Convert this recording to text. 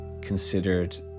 considered